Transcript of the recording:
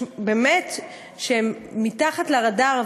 הוא אחד הגורמים שהם מתחת לרדאר,